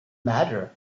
matter